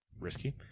Risky